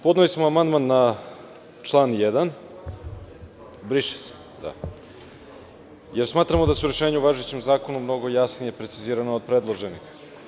Podneli smo amandman na član 1. „briše se“, jer smatramo da su rešenja u važećem zakonu mnogo jasnija precizirana od predloženih.